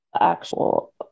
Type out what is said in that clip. actual